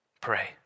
pray